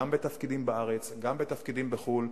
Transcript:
גם בתפקידים בארץ וגם בתפקידים בחו"ל.